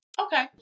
Okay